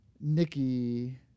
Nikki